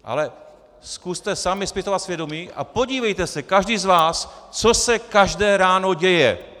Ale zkuste sami zpytovat svědomí a podívejte se každý z vás, co se každé ráno děje.